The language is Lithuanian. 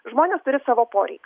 žmonės turi savo poreik